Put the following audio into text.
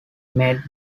made